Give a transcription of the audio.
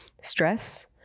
stress